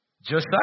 Josiah